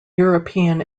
european